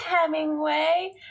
Hemingway